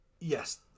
yes